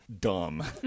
dumb